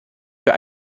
für